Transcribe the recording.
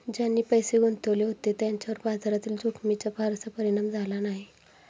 ज्यांनी पैसे गुंतवले होते त्यांच्यावर बाजारातील जोखमीचा फारसा परिणाम झाला नाही